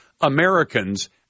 Americans